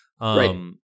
Right